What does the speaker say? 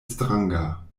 stranga